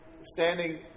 standing